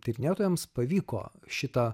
tyrinėtojams pavyko šitą